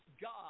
God